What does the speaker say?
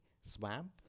swamp